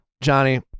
Johnny